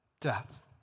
Death